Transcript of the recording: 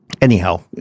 anyhow